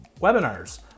webinars